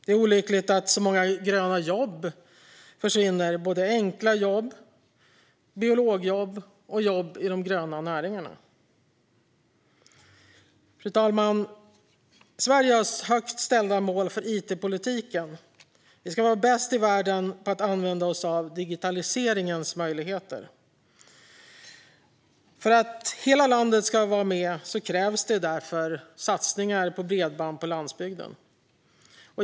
Det är olyckligt att så många gröna jobb försvinner. Det gäller både enkla jobb, biologjobb och jobb i de gröna näringarna. Fru talman! Sverige har högt ställda mål för it-politiken. Vi ska vara bäst i världen på att använda oss av digitaliseringens möjligheter. För att hela landet ska vara med krävs det därför satsningar på bredband på landsbygden.